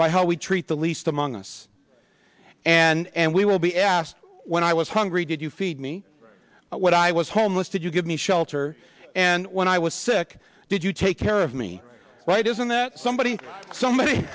by how we treat the least among us and we will be asked when i was hungry did you feed me what i was homeless did you give me shelter and when i was sick did you take care of me right isn't that somebody somebody